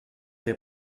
est